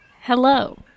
Hello